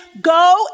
go